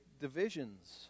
divisions